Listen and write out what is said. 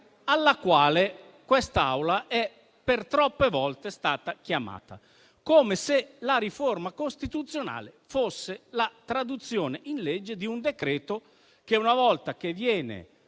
alla quale quest'Assemblea è per troppe volte stata chiamata, come se la riforma costituzionale fosse la traduzione in legge di un decreto che, una volta conclusa